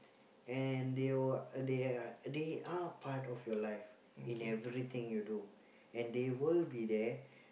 and they w~ they are they are part of your life in everything you do and they will be there